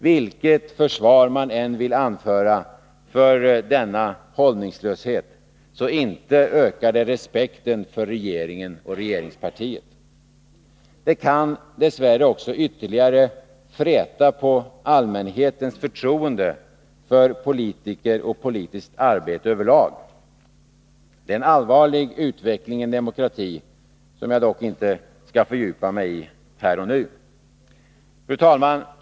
Vilket försvar man än vill anföra för denna hållningslöshet, inte ökar den respekten för regeringen och regeringspartiet. Detta kan dess värre också ytterligare fräta på allmänhetens förtroende för politiker och för politiskt arbete över lag. Det är en allvarlig utveckling i en demokrati. Fru talman!